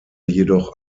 jedoch